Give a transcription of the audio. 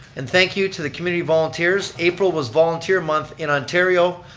and thank you to the community volunteers, april was volunteer month in ontario.